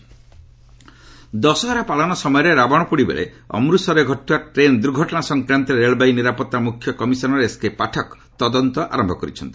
railway Amritsar Dussehra ପାଳନ ସମୟରେ ରାବଣ ପୋଡ଼ି ବେଳେ ଅମୃତସରରେ ଘଟିଥିବା ଟ୍ରେନ୍ ଦୂର୍ଘଟଣା ସଂକ୍ରାନ୍ତରେ ରେଳବାଇ ନିରାପତ୍ତା ମ୍ରଖ୍ୟ କମିଶନର୍ ଏସ୍କେ ପାଠକ ତଦନ୍ତ ଆରମ୍ଭ କରିଛନ୍ତି